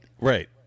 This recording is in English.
Right